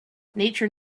nature